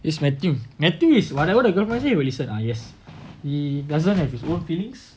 it's my thing my thing is whatever the girlfriend say will listen ah yes he doesn't have his own feelings